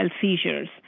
seizures